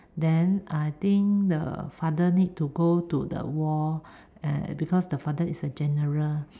then I think the father need to go to the war uh because the father is a general